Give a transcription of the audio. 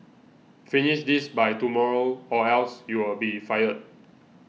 finish this by tomorrow or else you'll be fired